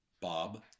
Bob